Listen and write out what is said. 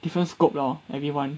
different scope lor everyone